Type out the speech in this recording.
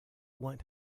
want